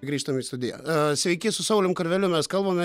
grįžtam į sudiją sveiki su saulium karveliu mes kalbamės